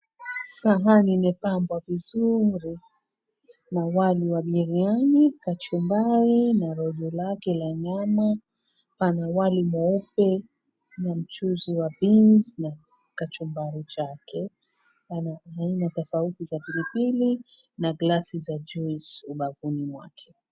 Sahani iliyopambwa vizuri na wali wa vinyanyi, kachumbari na rojo lake la nyama pana wali mweupe na mchuzi wa beans na kachumbari chake. Pana aina tofauti za pilipili na glasi za juice ubavuni mwake.